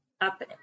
up